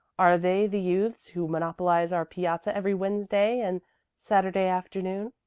are they the youths who monopolize our piazza every wednesday and saturday afternoon?